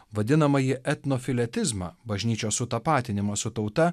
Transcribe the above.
vadinamąjį etnofiletizmą bažnyčios sutapatinimą su tauta